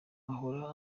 ahora